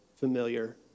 familiar